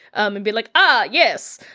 um and be like, ah, yes,